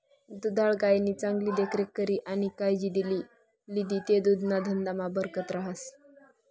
दुधाळ गायनी चांगली देखरेख करी आणि कायजी लिदी ते दुधना धंदामा बरकत रहास